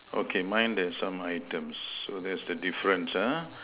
okay mine there's some items so that's the difference ah